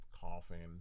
coughing